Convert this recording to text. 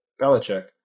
Belichick